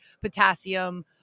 potassium